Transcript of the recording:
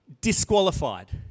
disqualified